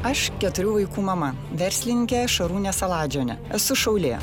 aš keturių vaikų mama verslininkė šarūnė saladžiuvienė ne esu šaulė